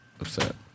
upset